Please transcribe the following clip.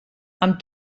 amb